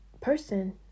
person